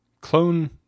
clone